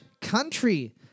country